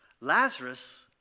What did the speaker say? Lazarus